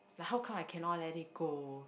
like how come I cannot let it go